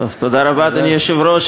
תודה רבה, אדוני היושב-ראש.